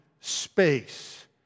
space